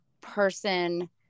person